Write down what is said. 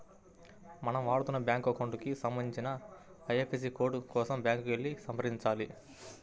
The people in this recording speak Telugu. మనం వాడుతున్న బ్యాంకు అకౌంట్ కి సంబంధించిన ఐ.ఎఫ్.ఎస్.సి కోడ్ కోసం బ్యాంకుకి వెళ్లి సంప్రదించాలి